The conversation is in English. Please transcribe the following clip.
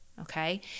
Okay